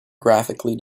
graphically